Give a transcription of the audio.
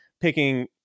picking